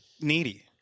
needy